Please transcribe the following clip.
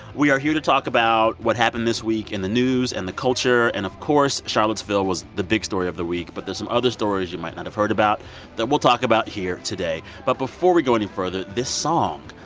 we are here to talk about what happened this week in the news and the culture. and, of course, charlottesville was the big story of the week. but there's some other stories you might not have heard about that we'll talk about here today. but before we go any further, this song.